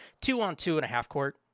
two-on-two-and-a-half-court